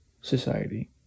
society